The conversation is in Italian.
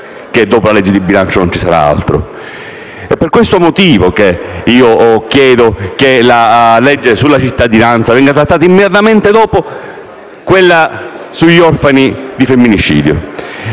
che, dopo la legge di bilancio, non ci sarà altro e proprio per questo motivo chiedo che il provvedimento sulla cittadinanza venga trattato immediatamente dopo quello sugli orfani di femminicidio.